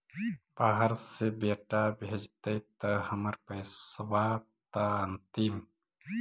बाहर से बेटा भेजतय त हमर पैसाबा त अंतिम?